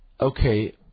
Okay